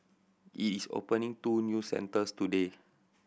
it is opening two new centres today